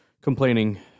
complaining